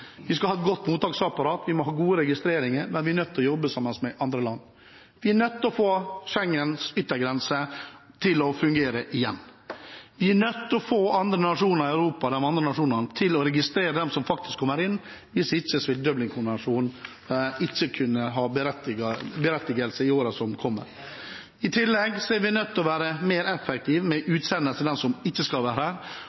Vi skal ha et godt mottaksapparat, vi må ha gode registreringer, men vi er nødt til å jobbe sammen med andre land. Vi er nødt til å få Schengens yttergrense til å fungere igjen. Vi er nødt til å få de andre nasjonene i Europa til å registrere dem som faktisk kommer inn, hvis ikke vil Dublinkonvensjonen ikke kunne ha berettigelse i årene som kommer. I tillegg er vi nødt til å være mer effektive med utsendelse av dem som ikke skal være her,